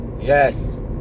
Yes